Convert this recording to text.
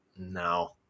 No